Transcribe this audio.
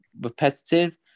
repetitive